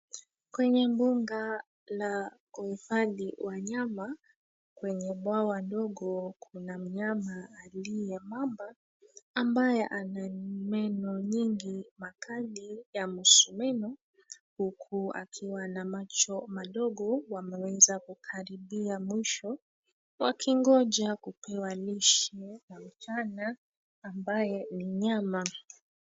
Kwenye mbuga la kuhifadhi wanyama kwenye bwawa ndogo kuna mnyama aliye mamba ambaye ana meno nyingi makali ya msumeno huku akiwa na macho madogo wameweza kukaribia mwisho wakingoja kupewa lishe la mchana ambaye ni nyama.